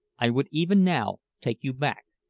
i would even now take you back,